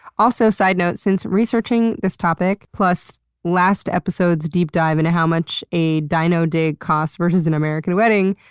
also, side note, since researching this topic, plus last episode's deep dive into how much a dino dig costs vs an american wedding,